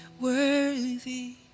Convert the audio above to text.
worthy